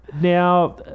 now